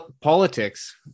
politics